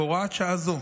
2018. בהוראת שעה זו,